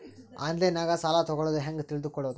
ಆನ್ಲೈನಾಗ ಸಾಲ ತಗೊಳ್ಳೋದು ಹ್ಯಾಂಗ್ ತಿಳಕೊಳ್ಳುವುದು?